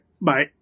bye